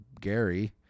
Gary